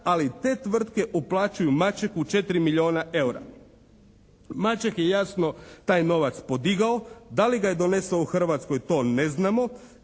ali te tvrtke uplaćuju Mačeku 4 milijuna eura. Maček je jasno taj novac podigao. Da li ga je donesao u Hrvatskoj to ne znamo.